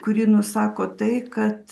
kurį nusako tai kad